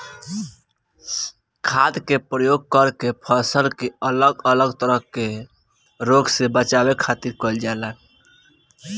खाद्य के उपयोग करके फसल के अलग अलग तरह के रोग से बचावे खातिर कईल जाला